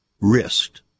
risked